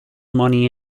money